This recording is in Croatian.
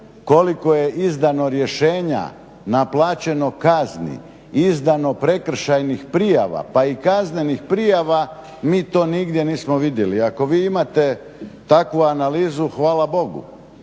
koliko je izdano rješenja, naplaćeno kazni, izdano prekršajnih prijava, pa i kaznenih prijava mi to nigdje nismo vidjeli. Ako vi imate takvu analizu hvala Bogu.